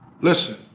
Listen